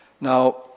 Now